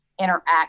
interact